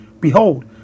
Behold